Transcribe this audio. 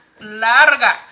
larga